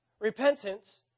Repentance